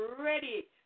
ready